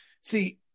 See